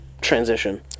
transition